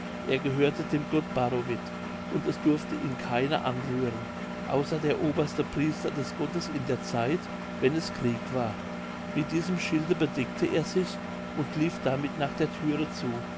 er gehörte dem gott barovit und es durfte ihn keiner anrühren außer der oberste priester des gottes in der zeit wenn es krieg war mit diesem schilde bedeckte er sich und lief damit nach der thüre zu